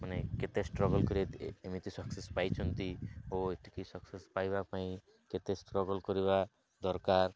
ମାନେ କେତେ ଷ୍ଟ୍ରଗଲ୍ କରି ଏମିତି ସକ୍ସେସ୍ ପାଇଛନ୍ତି ଓ ଏଠିକି ସକ୍ସେସ୍ ପାଇବା ପାଇଁ କେତେ ଷ୍ଟ୍ରଗଲ୍ କରିବା ଦରକାର